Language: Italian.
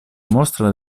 mostra